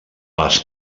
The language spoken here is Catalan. les